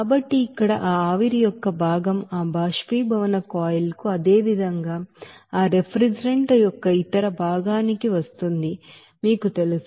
కాబట్టి ఇక్కడ ఆ ఆవిరి యొక్క భాగం ఆ ఎవపోరాశిన్ కాయిల్ కు అదేవిధంగా ఆ రిఫ్రిజిరెంట్ యొక్క ఇతర భాగానికి వస్తుందని మీకు తెలుసు అది 1 0